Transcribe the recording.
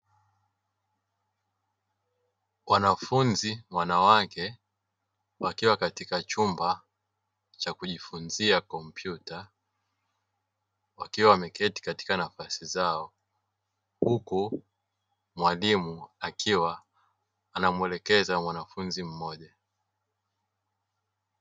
Wanafunzi wanawake wakiwa katika chumba cha kujifunzia kompyuta wakiwa wameketi katika nafasi zao huko mwalimu akiwa anamuelekeza mwanafunzi mmoja.